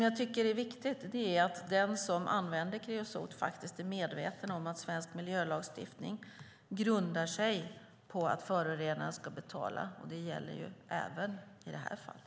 Jag tycker att det är viktigt att den som använder kreosot faktiskt är medveten om svensk miljölagstiftning grundar sig på att förorenaren ska betala. Det gäller även i det här fallet.